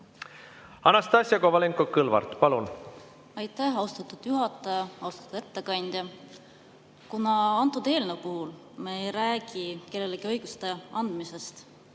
Anastassia Kovalenko‑Kõlvart, palun! Aitäh, austatud juhataja! Austatud ettekandja! Kuna selle eelnõu puhul me ei räägi kellelegi õiguste andmisest,